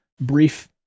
brief